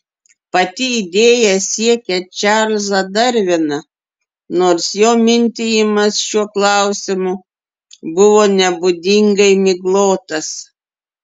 pati idėja siekia čarlzą darviną nors jo mintijimas šiuo klausimu buvo nebūdingai miglotas